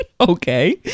okay